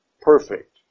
perfect